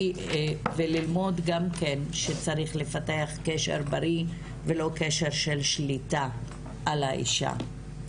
וללמוד גם כן שצריך לפתח קשר בריא ולא קשר של שליטה על האישה.